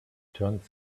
turns